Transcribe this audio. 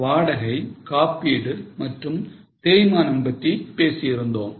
நாம் வாடகை காப்பீடு மற்றும் தேய்மானம் பற்றி பேசியிருந்தோம்